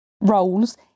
roles